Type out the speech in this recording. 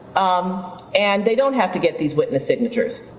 um and they don't have to get these witness signatures.